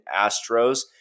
Astros